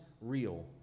real